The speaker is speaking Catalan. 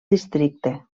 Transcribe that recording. districte